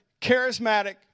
charismatic